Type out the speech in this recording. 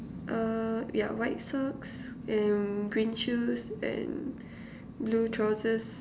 err yeah white socks and green shoes and blue trousers